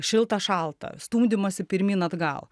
šilta šalta stumdymosi pirmyn atgal